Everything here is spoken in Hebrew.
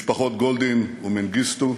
משפחות גולדין ומנגיסטו,